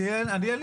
אין לי